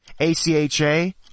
ACHA